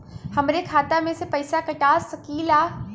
हमरे खाता में से पैसा कटा सकी ला?